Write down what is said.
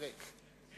אני